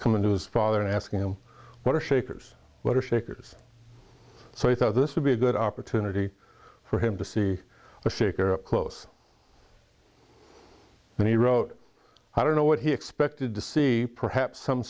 coming to his father and asking him what are shakers what are shakers so i thought this would be a good opportunity for him to see the shaker up close and he wrote i don't know what he expected to see perhaps some